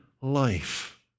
life